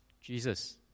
Jesus